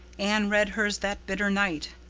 anne read hers that bitter night,